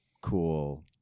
cool